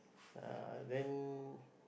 uh then